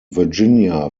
virginia